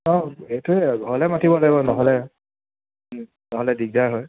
অঁ সেইটোৱে ঘৰলৈ মাতিব লাগিব নহ'লে নহ'লে দিগদাৰ হয়